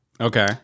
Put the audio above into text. Okay